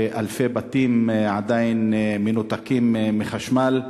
כשאלפי בתים עדיין מנותקים מחשמל.